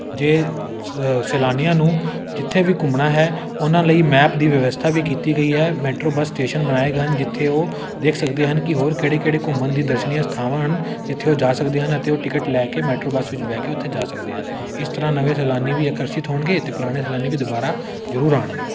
ਜੇ ਸ ਸੈਲਾਨੀਆਂ ਨੂੰ ਜਿੱਥੇ ਵੀ ਘੁੰਮਣਾ ਹੈ ਉਹਨਾਂ ਲਈ ਮੈਪ ਦੀ ਵਿਵਸਥਾ ਵੀ ਕੀਤੀ ਗਈ ਹੈ ਮੈਟਰੋ ਬੱਸ ਸਟੇਸ਼ਨ ਬਣਾਏ ਗਏ ਹਨ ਜਿੱਥੇ ਉਹ ਦੇਖ ਸਕਦੇ ਹਨ ਕਿ ਹੋਰ ਕਿਹੜੇ ਕਿਹੜੇ ਘੁੰਮਣ ਦੀ ਦਰਸ਼ਨੀ ਥਾਵਾਂ ਹਨ ਜਿੱਥੇ ਉਹ ਜਾ ਸਕਦੇ ਹਨ ਅਤੇ ਉਹ ਟਿਕਟ ਲੈ ਕੇ ਮੈਟਰੋ ਬੱਸ ਵਿੱਚ ਬਹਿ ਕੇ ਉੱਥੇ ਜਾ ਸਕਦੇ ਹਨ ਇਸ ਤਰ੍ਹਾਂ ਨਵੇਂ ਸੈਲਾਨੀ ਵੀ ਆਕਰਸ਼ਿਤ ਹੋਣਗੇ ਅਤੇ ਪੁਰਾਣੇ ਸੈਲਾਨੀ ਵੀ ਦੁਬਾਰਾ ਜ਼ਰੂਰ ਆਉਣਗੇ